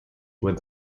with